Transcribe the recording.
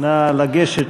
נא לגשת,